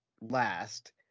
last